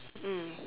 mm